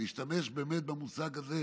להשתמש במושג הזה,